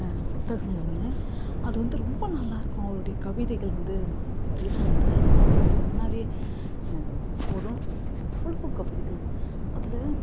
புத்தகம் ஒன்று அது வந்து ரொம்ப நல்லாயிருக்கும் அவருடைய கவிதைகள் வந்து வைரமுத்து அவர் சொன்னாலே போதும் எவ்வளவு கவிதைகள் அதில்